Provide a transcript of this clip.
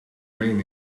rain